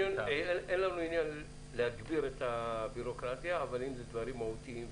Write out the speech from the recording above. אין לנו עניין להגביר את הבירוקרטיה אבל אם אלה דברים מהותיים,